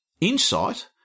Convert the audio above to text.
insight